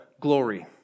glory